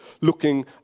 looking